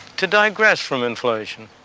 to digress from inflation,